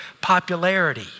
popularity